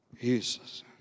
Jesus